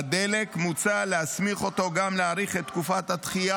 מוצע להסמיך אותו גם להאריך את תקופת הדחייה